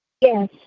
yes